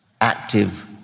active